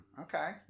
Okay